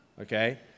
Okay